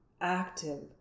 active